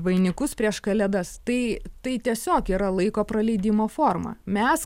vainikus prieš kalėdas tai tai tiesiog yra laiko praleidimo forma mes